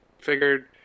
figured